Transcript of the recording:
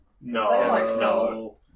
no